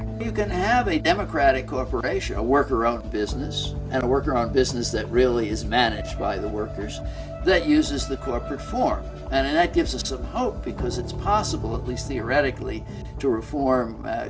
other you can have a democratic corporation a worker own business and a worker on business that really is managed by the workers that uses the corporate for and that gives us a hope because it's possible at least theoretically to reform